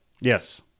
Yes